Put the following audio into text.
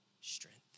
strength